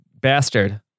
bastard